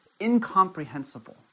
incomprehensible